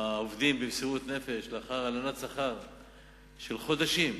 העובדים, במסירות נפש, לאחר הלנת שכר של חודשים,